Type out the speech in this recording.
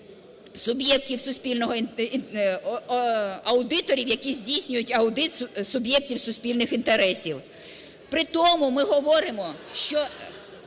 суб'єктів суспільного, аудиторів, які здійснюють аудит суб'єктів суспільних інтересів.